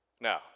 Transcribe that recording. Now